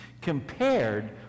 compared